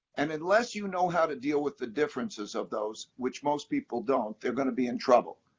and unless you know how to deal with the differences of those, which most people don't, they're going to be in trouble.